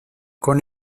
con